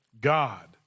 God